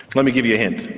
let me give you a hint.